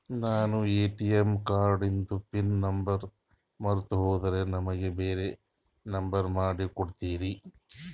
ನಾನು ಎ.ಟಿ.ಎಂ ಕಾರ್ಡಿಂದು PIN number ಮರತೀವಂದ್ರ ನಮಗ ಬ್ಯಾರೆ ನಂಬರ್ ಮಾಡಿ ಕೊಡ್ತೀರಿ?